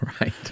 Right